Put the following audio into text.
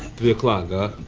three o'clock. and